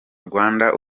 rwanda